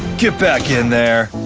get back in there.